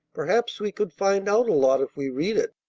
perhaps we could find out a lot if we read it.